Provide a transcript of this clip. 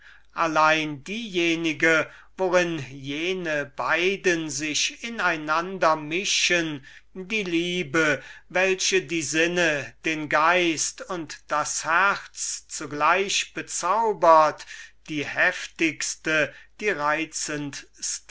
allein diejenige worin jene beiden sich in einander mischen die liebe welche die sinnen den geist und das herz zugleich bezaubert die heftigste die